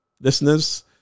Listeners